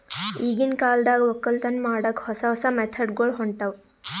ಈಗಿನ್ ಕಾಲದಾಗ್ ವಕ್ಕಲತನ್ ಮಾಡಕ್ಕ್ ಹೊಸ ಹೊಸ ಮೆಥಡ್ ಗೊಳ್ ಹೊಂಟವ್